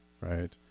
right